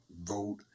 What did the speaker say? vote